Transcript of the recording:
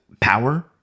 power